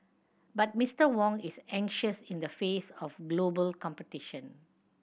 but Mister Wong is anxious in the face of global competition